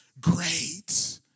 great